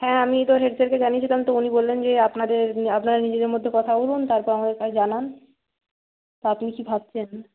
হ্যাঁ আমি তো হেডস্যারকে জানিয়েছিলাম তো উনি বললেন যে আপনাদের আপনারা নিজেদের মধ্যে কথা বলুন তারপর আমাকে জানান তা আপনি কী ভাবছেন